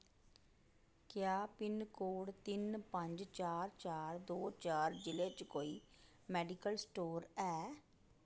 क्या पिनकोड तिन पंज चार चार दो चार जि'ले च कोई मेडिकल स्टोर ऐ